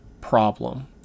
problem